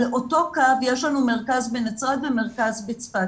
על אותו קו יש לנו מרכז בנצרת ומרכז בצפת,